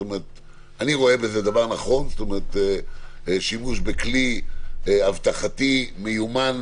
אני רואה בזה דבר נכון, בשימוש בכלי אבטחתי מיומן